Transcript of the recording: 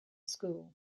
school